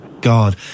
God